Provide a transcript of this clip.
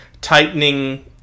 tightening